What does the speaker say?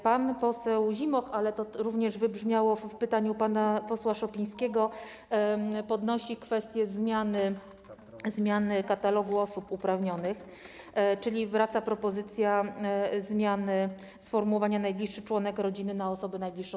Pan poseł Zimoch, ale to również wybrzmiało w pytaniu pana posła Szopińskiego, podnosi kwestie zmiany katalogu osób uprawnionych, czyli wraca propozycja zmiany sformułowania „najbliższy członek rodziny” na „osobę najbliższą”